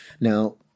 Now